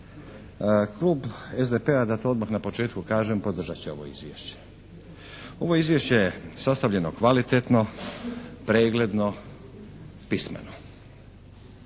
Klub SDP-a, da to odmah na početku kažem, podržat će ovo Izvješće. Ovo Izvješće je sastavljeno kvalitetno, pregledno, pismeno.